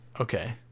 Okay